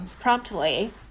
promptly